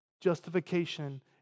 Justification